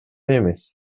эмес